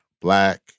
black